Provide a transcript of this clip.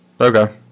Okay